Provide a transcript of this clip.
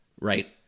right